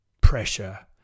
pressure